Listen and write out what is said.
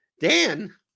Dan